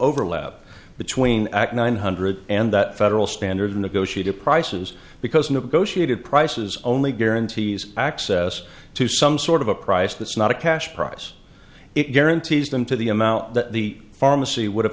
overlap between act nine hundred and that federal standard negotiated prices because negotiators prices only guarantees access to some sort of a price that's not a cash price it guarantees them to the amount that the pharmacy would